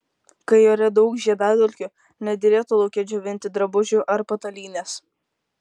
kai ore daug žiedadulkių nederėtų lauke džiovinti drabužių ar patalynės